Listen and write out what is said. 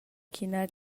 ch’ina